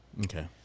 Okay